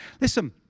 listen